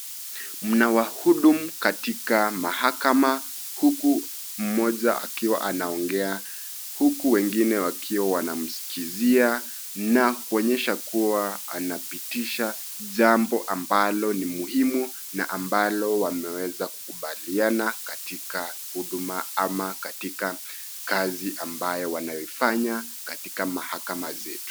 Mna wahudumu katika mahakama. Huku mmoja akiwa anaongea, huku wengine wakiwa wanamusikizia, na kuonyesha kuwa anapitisha jambo ambalo ni muhimu, na ambalo wameweza kukubaliana katika huduma ama katika kazi ambaye wanayoifanya katika mahakama zetu.